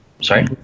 sorry